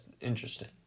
interesting